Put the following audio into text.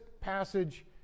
passage